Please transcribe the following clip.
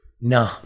No